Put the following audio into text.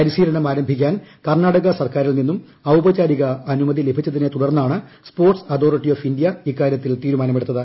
പരിശീലനം ആരംഭിക്കാൻ കർണാടക സർക്കാരിൽ നിന്നും ഔപചാരിക അനുമതി ലഭിച്ചതിനെ തുടർന്നാണ് സ്പോർട്സ് അതോറിറ്റി ഓഫ് ഇന്ത്യ ഇക്കാര്യത്തിൽ തീരുമാനമെടുത്തത്